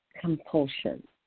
compulsion